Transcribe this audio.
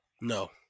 No